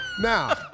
now